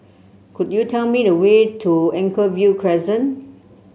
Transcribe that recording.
could you tell me the way to Anchorvale Crescent